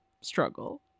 struggle